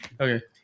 Okay